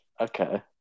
okay